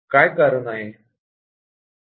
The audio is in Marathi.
कारण काय आहे